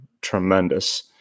tremendous